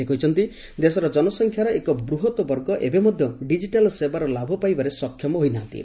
ସେ କହିଛନ୍ତି ଦେଶର ଜନସଂଖ୍ୟାର ଏକ ବୂହତ୍ ବର୍ଗ ଏବେ ମଧ୍ୟ ଡିଜିଟାଲ୍ ୍ସେବାର ଲାଭ ପାଇବାରେ ସକ୍ଷମ ହୋଇ ନାହାନ୍ତି